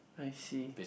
I see